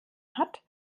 hat